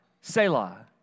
Selah